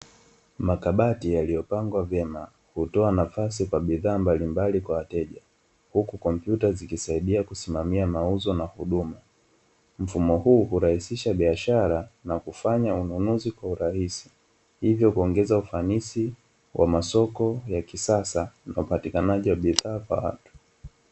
Makabati yaliyopangwa vyema kutoa nafasi kwa bidhaa mbalimbali kwa wateja huku kompyuta zikisaidia kusimamia mauzo na huduma. Mfumo huu hurahisisha biashara na kufanya ununuzi kwa urahisi hivyo kuongeza ufanisi wa masoko ya kisasa na upatikanaji wa bidhaa kwa watu.